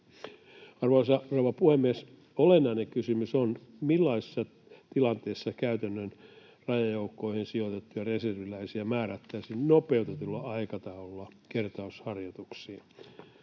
rouva puhemies! Olennainen kysymys on, millaisessa tilanteessa käytännön rajajoukkoihin sijoitettuja reserviläisiä määrättäisiin nopeutetulla aikataululla kertausharjoituksiin.